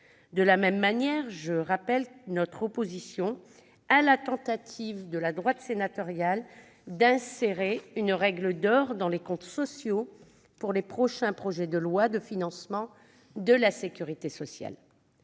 De la même manière, je rappelle notre opposition à la tentative de la droite sénatoriale d'insérer une « règle d'or » dans les comptes sociaux pour les prochains projets de loi de financement de la sécurité sociale.